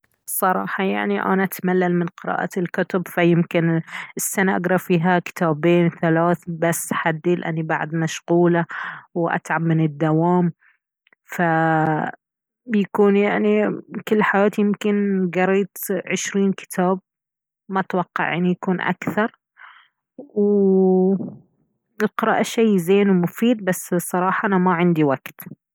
صراحة يعني انا اتملل من قراءة الكتب فيمكن السنة اقرا فيها كتابين ثلاث بس حدي لأني بعد مشغولة واتعب من الدوام فبيكون يعني كل حياتي يمكن قريت عشرين كتاب ماتوقع يعني يكون اكثر والقراءة شي زين ومفيد بس صراحة انا ما عندي وقت